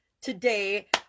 today